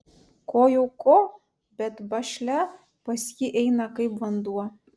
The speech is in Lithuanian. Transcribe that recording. ko jau ko bet bašlia pas jį eina kaip vanduo